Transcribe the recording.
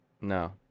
No